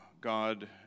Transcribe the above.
God